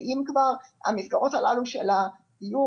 ואם כבר המסגרות הללו של הדיור,